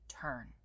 turn